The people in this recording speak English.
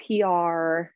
PR